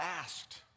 asked